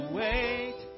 wait